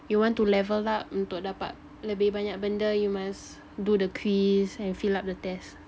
you want to level up untuk dapat lebih banyak benda you must do the quiz and fill up the test